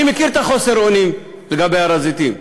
אני מכיר את חוסר האונים לגבי הר-הזיתים,